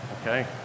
Okay